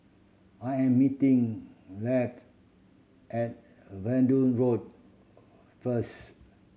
I am meeting at Verdun Road first